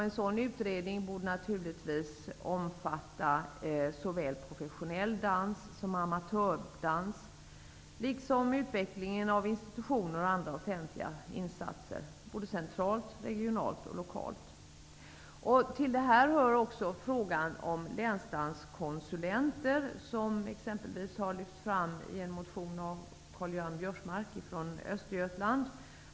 En sådan utredning borde naturligtvis omfatta såväl professionell dans som amatördans liksom utvecklingen av institutioner och andra offentliga insatser, centralt, regionalt och lokalt. Till detta hör även frågan om länsdanskonsulenter, som exempelvis har lyfts fram i en motion av Karl Göran Biörsmark från Östergötland.